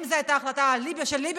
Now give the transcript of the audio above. אם זו הייתה החלטה של ליברמן,